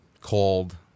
Called